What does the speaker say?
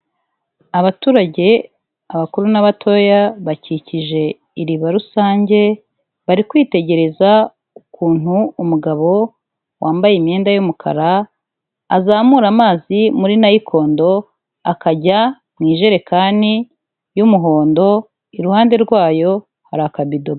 Abaturage, abakuru n'abatoya bakikije iriba rusange bari kwitegereza ukuntu umugabo wambaye imyenda y'umukara azamura amazi muri nayikondo akajya mu ijerekani y'umuhondo, iruhande rwayo hari akabido.